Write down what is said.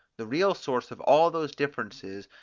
the real source of all those differences,